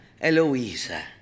Eloisa